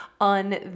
on